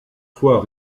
fois